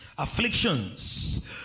afflictions